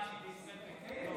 מה, אני בישראל ביתנו?